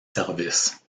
services